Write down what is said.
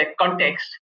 context